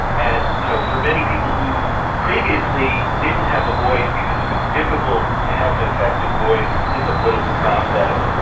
and you know for many people who previously didn't have a voice because it was difficult to have an effective voice in the political process,